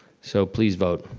so please vote.